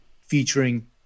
featuring